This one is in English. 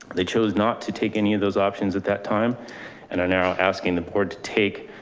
they chose not to take any of those options at that time and are now asking the board to take